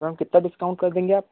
ma'am कितना discount कर देंगे आप